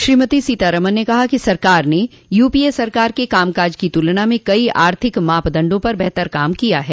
श्रीमती सीतारमन ने कहा कि सरकार ने यूपीए सरकार के कामकाज की तुलना में कई आर्थिक मापदण्डों पर बेहतर काम किया है